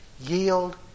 yield